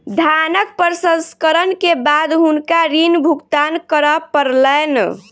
धानक प्रसंस्करण के बाद हुनका ऋण भुगतान करअ पड़लैन